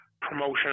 promotion